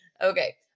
Okay